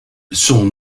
son